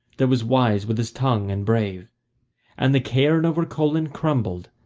that was wise with his tongue and brave and the cairn over colan crumbled,